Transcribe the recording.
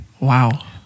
Wow